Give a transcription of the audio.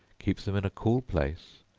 keep them in a cool place,